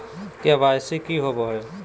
KYC की होबो है?